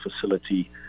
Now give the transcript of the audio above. facility